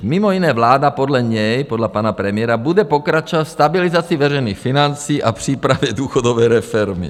Mimo jiné vláda, podle něj, podle pana premiéra, bude pokračovat v stabilizaci veřejných financí a v přípravě důchodové reformy.